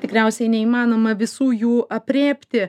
tikriausiai neįmanoma visų jų aprėpti